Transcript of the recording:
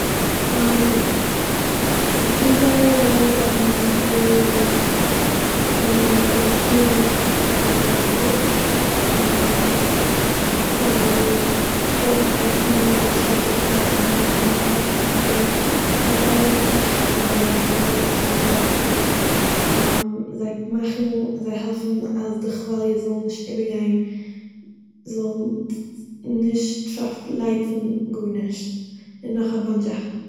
ס'איז דא זייער א באנטש זאכן וואס קארעל ריף'ס קענען אויפטוהן, טוהן אויף פאר די וואסער, - זיי... געבן עסן און שעלטער פאר און און פלאץ ווי צו זיין פאר זייער אסאך פון די חיות פון וואסער זיי מאכן, זיי העלפן אלע די כוואליעס זאלן נישט איבערגיין, זאל-ן נישט פארפלייצן גארנישט, און נאך א באנטש זאכן.